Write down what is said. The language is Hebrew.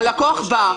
הלקוח בא,